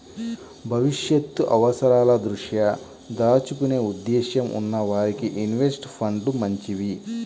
భవిష్యత్తు అవసరాల దృష్ట్యా దాచుకునే ఉద్దేశ్యం ఉన్న వారికి ఇన్వెస్ట్ ఫండ్లు మంచివి